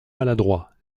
maladroit